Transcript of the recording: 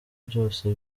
byose